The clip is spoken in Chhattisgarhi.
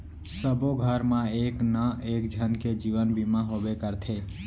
सबो घर मा एक ना एक झन के जीवन बीमा होबे करथे